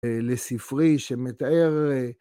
לספרי שמתאר...